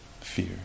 fear